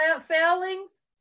failings